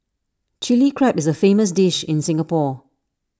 Chilli Crab is A famous dish in Singapore